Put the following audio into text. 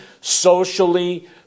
socially